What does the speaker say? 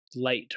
light